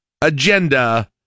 Agenda